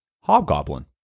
Hobgoblin